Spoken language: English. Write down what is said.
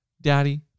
Daddy